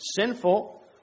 sinful